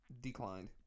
Declined